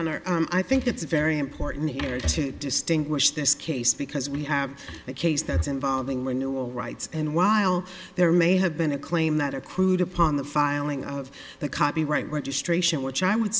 honor i think it's very important here to distinguish this case because we have a case that's involving renewal rights and while there may have been a claim that accrued upon the filing of the copyright registration which i w